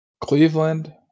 Cleveland